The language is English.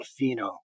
Alfino